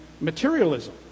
materialism